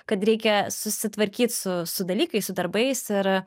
kad reikia susitvarkyt su su dalykais su darbais ir